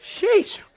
Sheesh